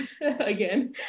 again